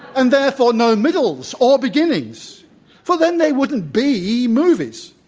and therefore no middles or beginnings for then they wouldn't be movies.